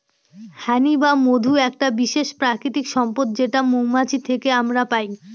হানি বা মধু একটা বিশেষ প্রাকৃতিক সম্পদ যেটা মৌমাছি থেকে আমরা পাই